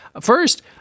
First